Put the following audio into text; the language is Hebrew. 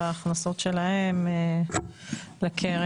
להכנסות שלהם לקרן.